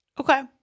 Okay